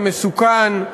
המסוכן,